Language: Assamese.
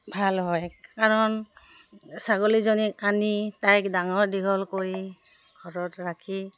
ভাল হয় কাৰণ ছাগলীজনীক আনি তাইক ডাঙৰ দীঘল কৰি ঘৰত ৰাখি